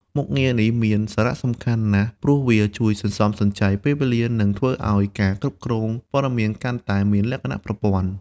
មុខងារនេះមានសារៈសំខាន់ណាស់ព្រោះវា ជួយសន្សំសំចៃពេលវេលា និងធ្វើឲ្យការគ្រប់គ្រងព័ត៌មានកាន់តែមានលក្ខណៈប្រព័ន្ធ។